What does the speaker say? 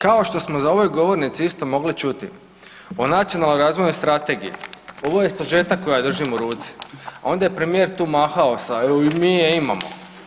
Kao što smo za ovom govornicom isto mogli čuti o Nacionalnoj razvojnoj strategiji, ovo je sažetak koji ja držim u ruci, a onda je premijer tu mahao sa „evo mi je imamo“